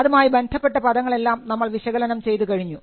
അതുമായി ബന്ധപ്പെട്ട പദങ്ങളെല്ലാം നമ്മൾ വിശകലനം ചെയ്ത് കഴിഞ്ഞു